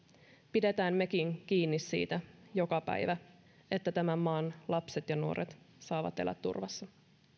pidetään mekin kiinni siitä joka päivä että tämän maan lapset ja nuoret saavat elää turvassa